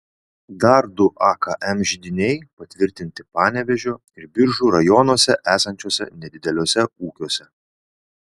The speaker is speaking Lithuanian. dar du akm židiniai patvirtinti panevėžio ir biržų rajonuose esančiuose nedideliuose ūkiuose